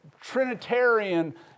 Trinitarian